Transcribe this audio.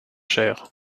cher